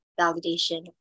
validation